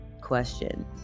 question